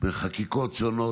חקיקות שונות